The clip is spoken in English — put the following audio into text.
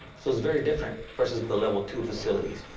so it's very different versus but the level two facilities.